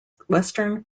western